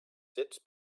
sits